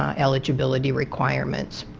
um eligibility requirements.